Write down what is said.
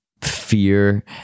fear